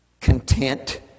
content